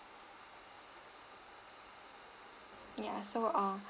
ya so ah